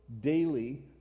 daily